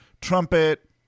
trumpet